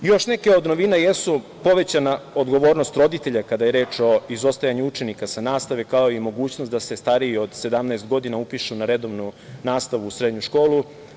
Još neke od novina jesu povećana odgovornost roditelja kada je reč o izostajanju učenika sa nastave, kao i mogućnost da se stariji od 17 godina upišu na redovnu nastavu u srednju školu.